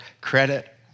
credit